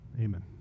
Amen